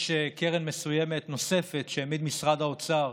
יש קרן מסוימת נוספת שהעמיד משרד האוצר,